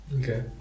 Okay